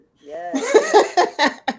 Yes